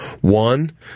One